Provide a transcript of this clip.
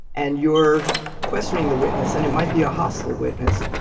and you're questioning the witness and it might be a hostile witness.